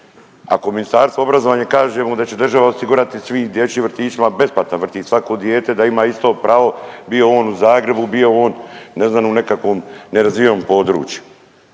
Ako Ministarstvo obrazovanja kaže da će država osigurati svim dječjim vrtićima besplatan vrtić. Svako dijete da ima isto pravo bio on u Zagrebu, bio on ne znam u nekakvom nerazvijenom području.